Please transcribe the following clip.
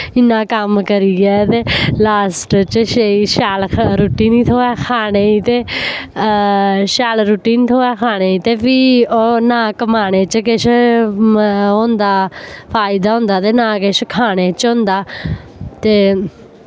इन्ना कम्म करियै ते लास्ट च छे शैल रुट्टी निं थ्होऐ खाने गी ते शैल रुट्टी निं थ्होऐ खाने ही ते फ्ही ओह् ना कमाने च किश होंदा फायदा होंदा ते ना किश खाने च होंदा ते